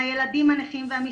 והילדים הנכים והמשפחות.